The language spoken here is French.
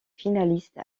finaliste